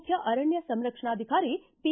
ಮುಖ್ಯ ಅರಣ್ಯ ಸಂರಕ್ಷಣಾ ಅಧಿಕಾರಿ ಪಿ